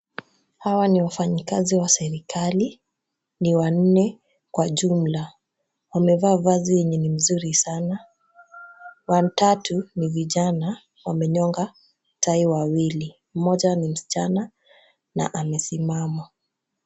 Hawa ni wafanyikazi wa serikali. Ni wanne kwa jumla. Wamevaa vazi yenye ni mzuri sana. Watatu ni vijana. Wamenyonga tai wawili. Mmoja ni msichana na amesimama.